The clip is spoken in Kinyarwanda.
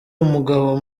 umugabo